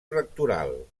rectoral